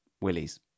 Willies